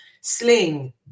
sling